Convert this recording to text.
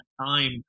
time